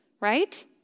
right